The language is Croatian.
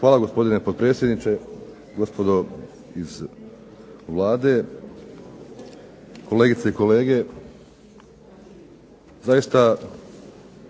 Hvala gospodine potpredsjedniče, gospodo iz Vlade, kolegice i kolege.